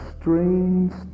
strange